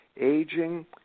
Aging